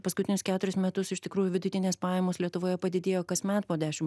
paskutinius keturis metus iš tikrųjų vidutinės pajamos lietuvoje padidėjo kasmet po dešim